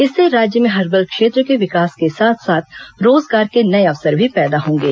इससे राज्य में हर्बल क्षेत्र के विकास के साथ साथ रोजगार के नए अवसर भी पैदा होंगे